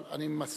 אבל אני מזכיר